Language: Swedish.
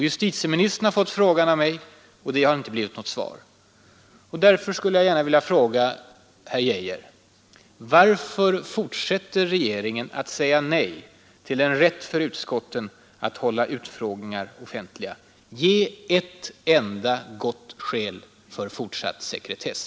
Justitieministern har fått frågan av mig men det har inte blivit något svar. Därför skulle jag gärna än en gång vilja fråga herr Geijer: Varför fortsätter regeringen att säga nej till en rätt för utskotten att hålla offentliga utfrågningar? Ge ett enda gott skäl för fortsatt sekretess!